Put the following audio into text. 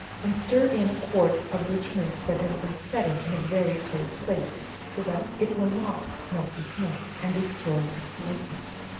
and stir in a quart of rich milk that has been setting in a very cold place, so that it will not melt the snow, and destroy its lightness